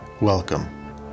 Welcome